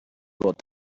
got